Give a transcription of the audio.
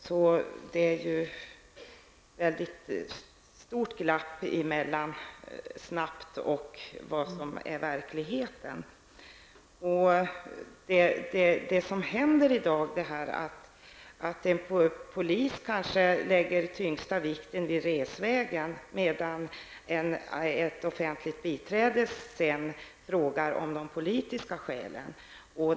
Därför är det ett stort glapp mellan ''snabbt'' och verkligheten. En polis lägger kanske den största vikten vid resvägen, medan ett offentligt biträde frågar om de politiska skälen.